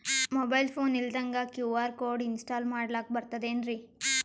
Mobile phone ಇಲ್ದಂಗ QR code install ಮಾಡ್ಲಕ ಬರ್ತದೇನ್ರಿ?